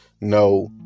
No